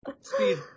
Speed